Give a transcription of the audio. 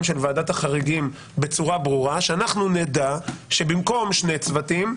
של ועדת החריגים בצורה ברורה כך שאנחנו נדע שבמקום שני צוותים,